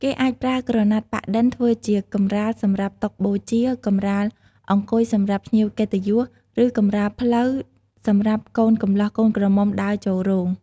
គេអាចប្រើក្រណាត់ប៉ាក់-ឌិនធ្វើជាកម្រាលសម្រាប់តុបូជា កម្រាលអង្គុយសម្រាប់ភ្ញៀវកិត្តិយស ឬកម្រាលផ្លូវសម្រាប់កូនកំលោះកូនក្រមុំដើរចូលរោង។